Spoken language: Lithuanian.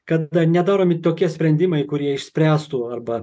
kada nedaromi tokie sprendimai kurie išspręstų arba